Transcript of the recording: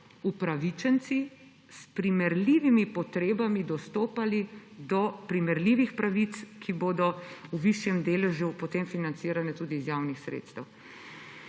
upravičenci s primerljivimi potrebami dostopali do primerljivih pravic, ki bodo v višjem deležu potem financirane tudi iz javnih sredstev.